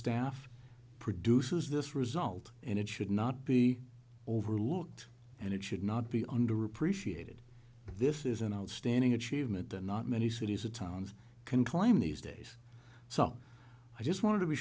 staff produces this result and it should not be overlooked and it should not be underappreciated this is an outstanding achievement that not many cities or towns can claim these days so i just wanted to be